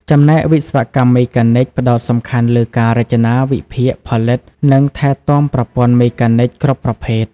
ចំណែកវិស្វកម្មមេកានិច ផ្ដោតសំខាន់លើការ រចនា វិភាគ ផលិត និងថែទាំប្រព័ន្ធមេកានិច គ្រប់ប្រភេទ។